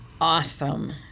Awesome